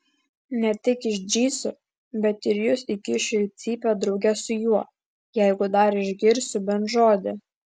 ne tik išdrįsiu bet ir jus įkišiu į cypę drauge su juo jeigu dar išgirsiu bent žodį